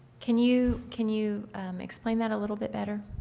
can you, can you explain that a little bit better?